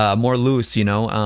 ah more loose, you know?